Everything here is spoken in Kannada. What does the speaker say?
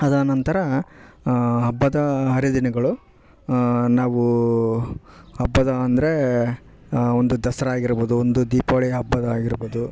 ಅದಾ ನಂತರ ಹಬ್ಬದ ಹರಿದಿನಗಳು ನಾವೂ ಹಬ್ಬದ ಅಂದರೆ ಒಂದು ದಸರಾ ಆಗಿರಬೌದು ಒಂದು ದೀಪಾವಳಿ ಹಬ್ಬದ ಆಗಿರ್ಬೌದು